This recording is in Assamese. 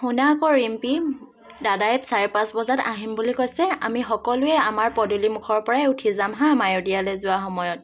শুনা আকৌ ৰিম্পী দাদাই চাৰে পাঁচ বজাত আহিম বুলি কৈছে আমি সকলোৱে আমাৰ পদূলিমুখৰ পৰাই উঠি যাম হাঁ মায়'দিয়ালৈ যোৱাৰ সময়ত